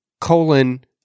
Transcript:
colon